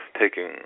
taking